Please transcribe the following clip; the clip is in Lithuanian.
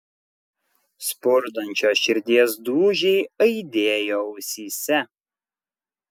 spurdančios širdies dūžiai aidėjo ausyse